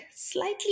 slightly